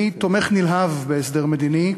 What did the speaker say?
אני תומך נלהב בהסדר מדיני,